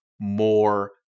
more